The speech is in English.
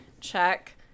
check